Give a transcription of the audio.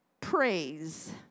praise